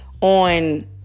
on